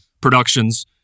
productions